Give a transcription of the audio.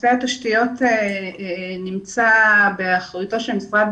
נושא התשתיות נמצא באחריותו של משרד